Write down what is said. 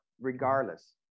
regardless